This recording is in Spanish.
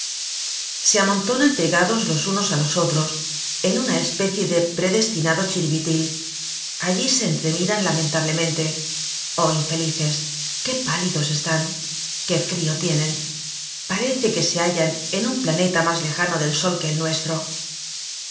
se amontonan pegados los unos á los otros en una especie de predestinado chirivitil allí se entremiran lamentablemente oh infelices qué pálidos están qué frio tienen parece que se hallan en un planeta mas lejano del sol que el nuestro